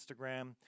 Instagram